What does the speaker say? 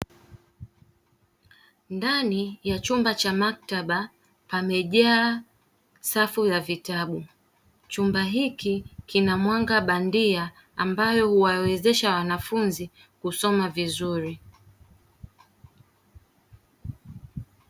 Ndani ya chumba cha maktaba pamejaa safu ya vitabu. Chumba hiki kina mwanga bandia ambayo huwawezesha wanafunzi kusoma vizuri.